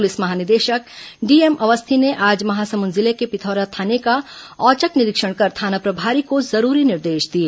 police महानिदेशक DM Awasthi ने आज महासमुंद जिले के पिथौरा थाना का औचक निरीक्षण कर थाना प्रभारी को जरूरी निर्देश दिए